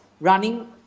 running